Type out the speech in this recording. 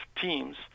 teams